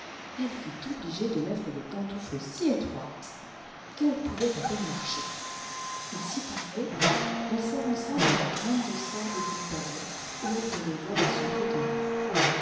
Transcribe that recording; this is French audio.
elle fut obligée de mettre des pantoufles si étroites qu elle pouvait à peine marcher ainsi parée elle s'avança dans la grande salle du palais où elle devait voir son prétendu